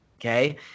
okay